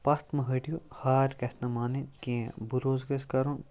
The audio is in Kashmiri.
پتھ مہٕ ۂٹِو ہار گژھِ نہٕ مانٕنۍ کیٚنٛہہ بروسہٕ گَژھِ کَرُن